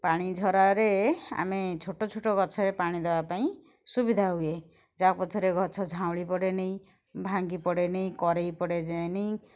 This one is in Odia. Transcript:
ପାଣିଝରାରେ ଆମେ ଛୋଟ ଛୋଟ ଗଛରେ ପାଣି ଦେବା ପାଇଁ ସୁବିଧା ହୁଏ ଯାହା ପଛରେ ଗଛ ଝାଉଁଳି ପଡ଼େନି ଭାଙ୍ଗି ପଡ଼େନି କରେଇ ପଡ଼େଇ ଯାଏନି